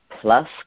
plus